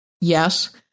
yes